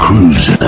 Cruise